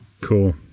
Cool